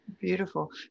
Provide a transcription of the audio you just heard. beautiful